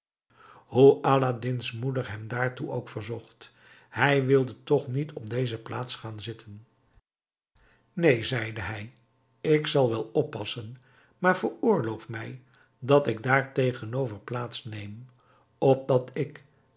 hoe aladdin's moeder hem daarom ook verzocht hij wilde toch niet op deze plaats gaan zitten neen zeide hij ik zal wel oppassen maar veroorloof mij dat ik daar tegenover plaats neem opdat ik